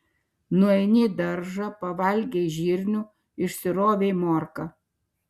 nueini į daržą pavalgei žirnių išsirovei morką